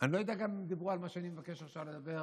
אני גם לא יודע אם דיברו על מה שאני מבקש עכשיו לדבר.